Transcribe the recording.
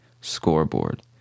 Scoreboard